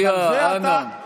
ביציע, אנא, אנא.